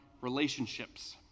relationships